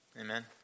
Amen